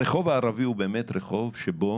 הרחוב הערבי הוא באמת מקום שבו